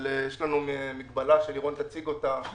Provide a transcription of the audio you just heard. אבל יש לנו מגבלה שלירון תציג אותה.